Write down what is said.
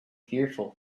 fearful